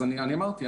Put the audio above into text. אמרתי,